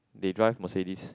they drive Mercedes